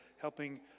helping